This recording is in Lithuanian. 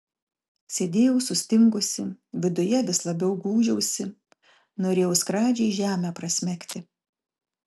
sėdėjau sustingusi viduje vis labiau gūžiausi norėjau skradžiai žemę prasmegti